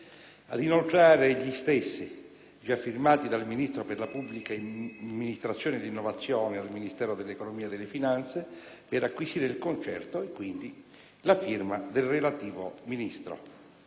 ad inoltrare gli stessi, già firmati dal Ministro per la pubblica amministrazione e l'innovazione, al Ministero dell'economia e delle finanze per acquisire il concerto e quindi la firma del relativo Ministro.